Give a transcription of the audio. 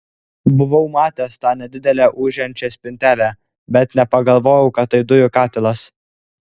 buvau matęs tą nedidelę ūžiančią spintelę bet nepagalvojau kad tai dujų katilas